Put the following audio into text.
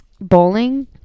bowling